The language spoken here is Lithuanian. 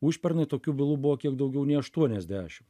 užpernai tokių bylų buvo kiek daugiau nei aštuoniasdešim